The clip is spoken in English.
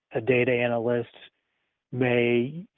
a data analyst may,